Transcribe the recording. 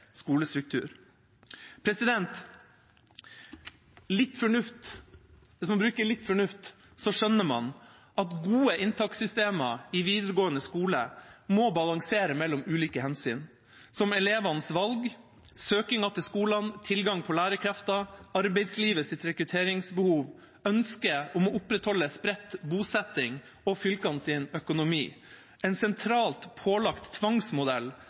Litt fornuft – hvis man bruker litt fornuft, skjønner man at gode inntakssystemer i videregående skole må balansere mellom ulike hensyn, som elevenes valg, søkingen til skolene, tilgang på lærerkrefter, arbeidslivets rekrutteringsbehov, ønsket om å opprettholde spredt bosetting og fylkenes økonomi. En sentralt pålagt tvangsmodell